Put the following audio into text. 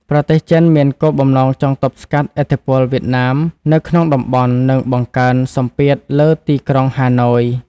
ប្រទេសចិនមានគោលបំណងចង់ទប់ស្កាត់ឥទ្ធិពលវៀតណាមនៅក្នុងតំបន់ និងបង្កើនសម្ពាធលើទីក្រុងហាណូយ។